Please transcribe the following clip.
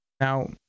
Now